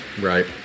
Right